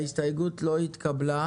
ההסתייגות לא התקבלה.